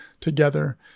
together